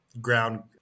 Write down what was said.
ground